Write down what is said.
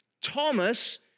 Thomas